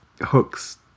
Hook's